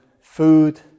food